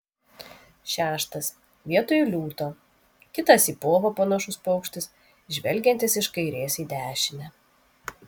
šeštas vietoj liūto kitas į povą panašus paukštis žvelgiantis iš kairės į dešinę